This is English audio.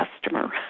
customer